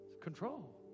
Control